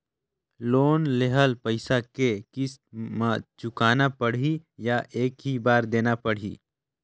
Loan लेहल पइसा के किस्त म चुकाना पढ़ही या एक ही बार देना पढ़ही?